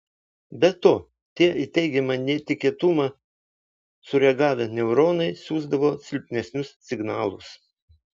be to tie į teigiamą netikėtumą sureagavę neuronai siųsdavo silpnesnius signalus